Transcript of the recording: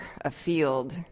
afield